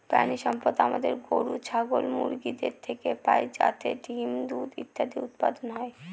প্রানীসম্পদ আমাদের গরু, ছাগল, মুরগিদের থেকে পাই যাতে ডিম, দুধ ইত্যাদি উৎপাদন হয়